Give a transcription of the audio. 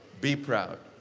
be proud.